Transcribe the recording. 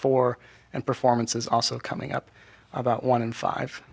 four and performances also coming up about one in five